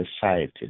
society